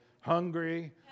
hungry